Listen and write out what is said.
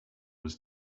was